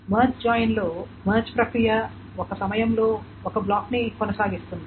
merge join లో merge ప్రక్రియ ఒక సమయంలో ఒక బ్లాక్ని కొనసాగిస్తుంది